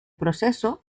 proceso